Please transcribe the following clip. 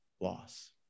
loss